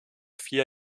vier